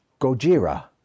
Gojira